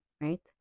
right